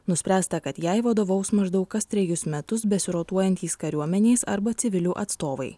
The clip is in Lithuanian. nuspręsta kad jai vadovaus maždaug kas trejus metus besirotuojantys kariuomenės arba civilių atstovai